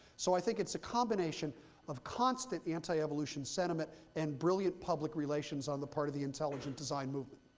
so i think it's a combination of constant anti-evolution sentiment and brilliant public relations on the part of the intelligent design movement.